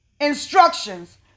instructions